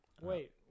Wait